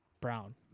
Brown